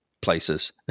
places